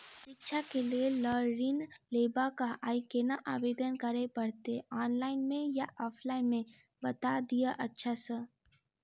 शिक्षा केँ लेल लऽ ऋण लेबाक अई केना आवेदन करै पड़तै ऑनलाइन मे या ऑफलाइन मे बता दिय अच्छा सऽ?